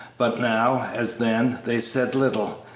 but now, as then, they said little,